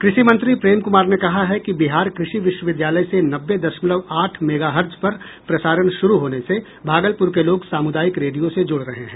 कृषि मंत्री प्रेम कुमार ने कहा है कि बिहार कृषि विश्वविद्यालय से नब्बे दशमलव आठ मेगाहर्टज पर प्रसारण शुरू होने से भागलपुर के लोग सामुदायिक रेडियो से जुड रहे हैं